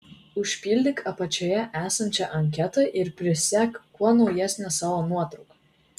užpildyk apačioje esančią anketą ir prisek kuo naujesnę savo nuotrauką